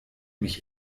mich